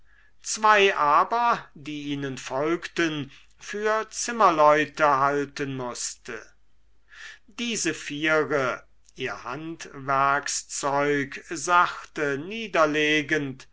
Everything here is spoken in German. zwei aber die ihnen folgten für zimmerleute halten mußte diese viere ihr handwerkszeug sachte niederlegend